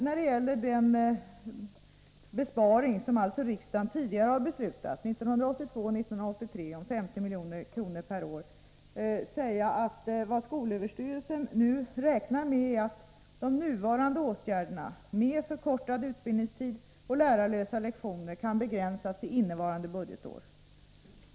När det gäller den besparing som riksdagen tidigare redan har beslutat för 1982 84 om 50 milj.kr. per år vill jag säga att skolöverstyrelsen nu räknar med att de nuvarande åtgärderna, förkortad utbildningstid och lärarlösa lektioner, kan begränsas till innevarande budgetår.